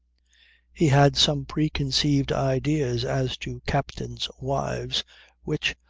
he had some preconceived ideas as to captain's wives which,